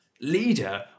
leader